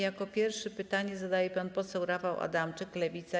Jako pierwszy pytanie zadaje pan poseł Rafał Adamczyk, Lewica.